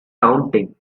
daunting